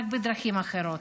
רק בדרכים אחרות: